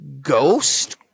ghost